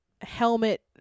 helmet